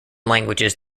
languages